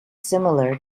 similar